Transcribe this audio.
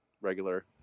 regular